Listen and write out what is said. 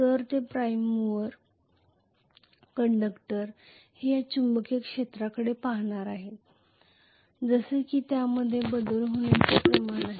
तर ते mover conductor हे या चुंबकीय क्षेत्राकडे पाहणार आहेत जसे की त्यामध्ये बदल होण्याचे प्रमाण आहे